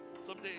Someday